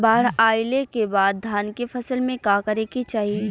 बाढ़ आइले के बाद धान के फसल में का करे के चाही?